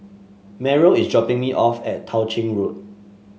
Meryl is dropping me off at Tao Ching Road